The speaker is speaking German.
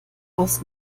aus